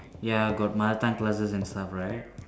ya got mother tongue classes and stuff right